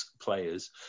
players